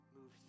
move